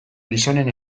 gizonen